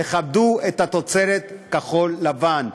תכבדו תוצרת כחול-לבן,